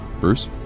Bruce